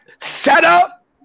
setup